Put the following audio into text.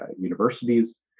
universities